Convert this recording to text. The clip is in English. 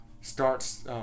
starts